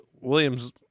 William's